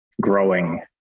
growing